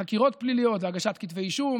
ובמקום זה מגיעים לחקירות פליליות והגשת כתבי אישום.